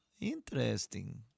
Interesting